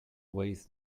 weighs